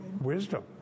wisdom